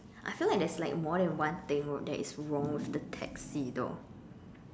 I feel like there is like more than one thing that is wrong with the taxi though